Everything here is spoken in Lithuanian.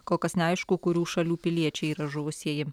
kol kas neaišku kurių šalių piliečiai yra žuvusieji